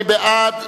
מי בעד?